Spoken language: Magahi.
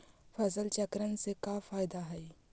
फसल चक्रण से का फ़ायदा हई?